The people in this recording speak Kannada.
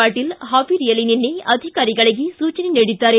ಪಾಟೀಲ್ ಹಾವೇರಿಯಲ್ಲಿ ನಿನ್ನೆ ಅಧಿಕಾರಿಗಳಿಗೆ ಸೂಚನೆ ನೀಡಿದ್ದಾರೆ